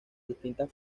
distintas